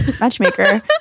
Matchmaker